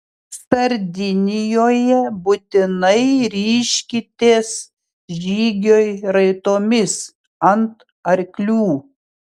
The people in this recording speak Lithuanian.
sardinijoje būtinai ryžkitės žygiui raitomis ant arklių